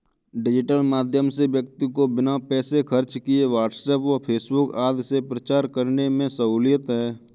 digital माध्यम से व्यक्ति को बिना पैसे खर्च किए व्हाट्सएप व फेसबुक आदि से प्रचार करने में सहूलियत है